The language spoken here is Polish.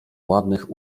ładnych